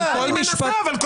על כל משפט --- אני מנסה,